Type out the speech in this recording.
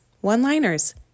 One-liners